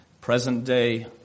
present-day